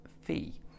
fee